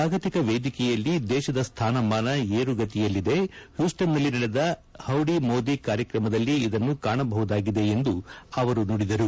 ಜಾಗತಿಕ ವೇದಿಕೆಯಲ್ಲಿ ದೇಶದ ಸ್ಥಾನಮಾನ ಏರುಗತಿಯಲ್ಲಿದೆ ಹ್ಯೂಸ್ವನ್ನಲ್ಲಿ ಈಚೆಗೆ ನಡೆದ ಹೌದಿ ಮೋದಿ ಕಾರ್ಯಕ್ರಮದಲ್ಲಿ ಇದನ್ನು ಕಾಣಬಹುದಾಗಿದೆ ಎಂದು ಅವರು ನುಡಿದರು